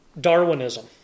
Darwinism